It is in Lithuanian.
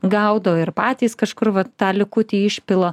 gaudo ir patys kažkur vat tą likutį išpila